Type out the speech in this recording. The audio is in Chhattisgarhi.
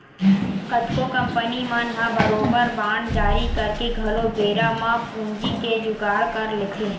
कतको कंपनी मन ह बरोबर बांड जारी करके घलो बेरा म पूंजी के जुगाड़ कर लेथे